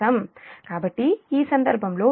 కాబట్టి ఈ సందర్భంలో 9